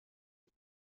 بود